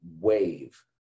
wave